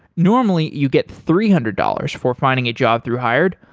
normally, you get three hundred dollars for finding a job through hired,